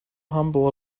humble